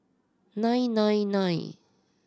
nine nine nine